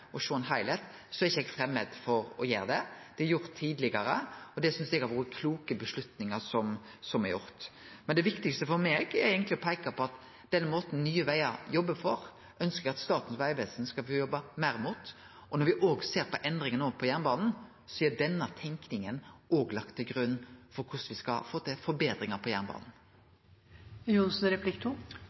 er eg ikkje framand for å gjere det. Det er gjort tidlegare, og det synest eg har vore kloke avgjerder. Det viktigaste for meg er eigentleg å peike på at den måten Nye Vegar jobbar på, ønskjer eg at Statens vegvesen skal få jobbe meir mot. Når me òg ser på endringane på jernbanen, er denne tenkinga lagd til grunn for korleis me skal få til forbetringar der. Takk til ministeren for et klokt svar. Vi erkjenner dessverre at vi i dag ikke får med oss stortingsflertallet på